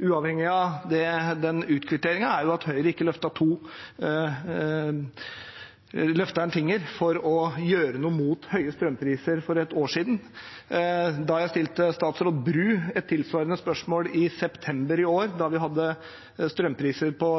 uavhengig av den utkvitteringen, ikke løftet en finger for å gjøre noe mot høye strømpriser for et år siden. Da jeg stilte statsråd Bru et tilsvarende spørsmål i september i fjor, da vi hadde strømpriser på